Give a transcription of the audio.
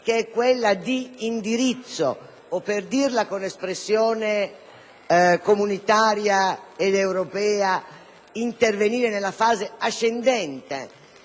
che è quella di indirizzo o, per usare un'espressione comunitaria ed europea, per intervenire nella fase ascendente,